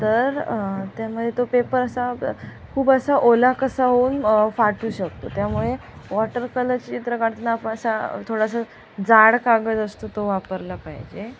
तर ते म्हणजे तो पेपर असा ब खूप असा ओला कसा होऊन फाटू शकतो त्यामुळे वॉटर कलर चित्र काढताना आपण असा थोडासा जाड कागद असतो तो वापरला पाहिजे